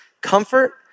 comfort